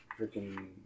Freaking